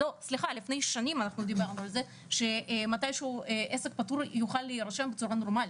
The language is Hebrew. שנים שמתישהו עסק פטור יוכל להירשם בצורה נורמלית.